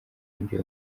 mujyi